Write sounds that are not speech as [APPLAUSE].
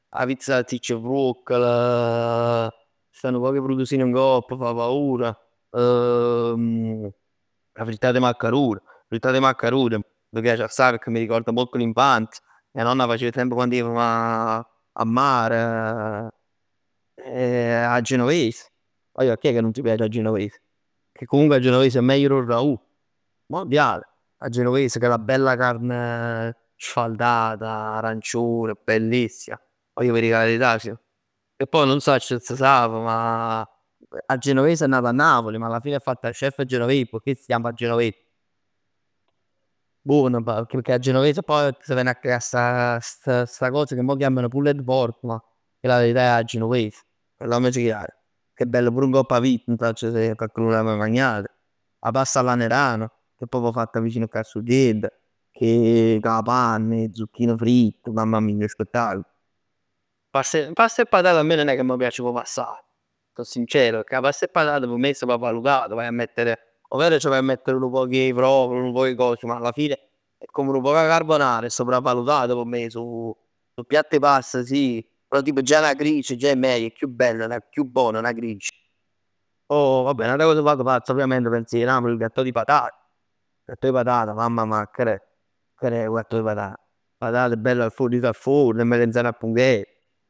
A pizz salsicc e vruoccl [HESITATION] c' sta 'nu poc 'e petrusino ngopp fa paur, [HESITATION] 'a frittat 'e maccarun, 'a frittat 'e maccarun m' piace assaj pecchè mi ricorda molto l'infanzia. Mia nonna 'a facev semp quann jevm 'a mare [HESITATION] 'a genovese. Guagliù 'a chi è 'ca nun c' piac 'a genoves? Che comunque 'a genoves è meglio dò ragù. 'A me m' piac 'a genoves chell bella carne sfaldata arancione bellissima, Guagliù vi dico la verità, che poj nun sacc s' si sape ma 'a genovese è nata a Napoli, ma alla fine è fatta dò chef Genovese, p' chest si chiama genovese. Buono pecchè 'a genovese poi s' ven' 'a creà sta st- sta cos ca mo chiamman pulled pork, ma chell 'a verità è 'a genoves. Parlammc chiar, che è bell pur ngopp 'a pizz. Nun sacc se coccrun se l'è maj magnat. 'A pasta alla nerano, che è proprj fatta vicin cà 'a Surrient. Che cà panna 'e zucchin fritte, mamma mij che spettacl. Pas- past 'e patan 'a me nun è ca m' piac proprj assaj. So sincero pecchè 'a past 'e patat p' me è sopravvalutato, vaj 'a mettere, 'o ver c' vaj 'a mettere nu poc 'e provola, nu poc 'e cos, ma alla fine è come nu poc 'a carbonara, è sopravvalutata p' me. So piatt 'e pasta sì, però tipo già 'na gricia, già è meglio, è chiù bell 'na, è chiù bona 'na gricia. Poj vabbè n'ata cosa che vag pazz, ovviamente penz 'e Napoli è 'o gattò di patate. 'O gattò 'e patan mamma mà che d'è. Che d'è 'o gattò 'e patan. Patan bell al forno, riso al forno, 'e melanzan 'a funghett.